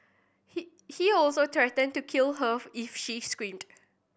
he he also threatened to kill her if she screamed